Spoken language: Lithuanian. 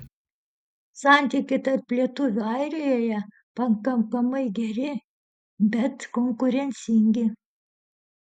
santykiai tarp lietuvių airijoje pakankamai geri bet konkurencingi